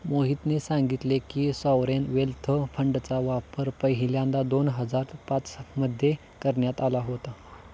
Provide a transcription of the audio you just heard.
मोहितने सांगितले की, सॉवरेन वेल्थ फंडचा वापर पहिल्यांदा दोन हजार पाच मध्ये करण्यात आला होता